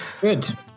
good